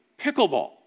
pickleball